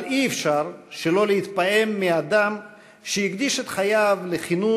אבל אי-אפשר שלא להתפעם מאדם שהקדיש את חייו לכינון